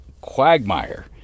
quagmire